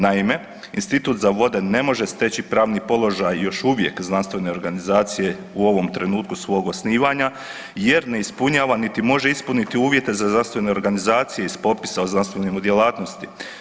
Naime, Institut za vode ne može steći pravni položaj još uvijek znanstvene organizacije u ovom trenutku svog osnivanja jer ne ispunjava niti može ispuniti uvjete za zdravstvene organizacije iz popisa o znanstvenim djelatnosti.